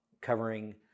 covering